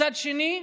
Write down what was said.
מצד שני,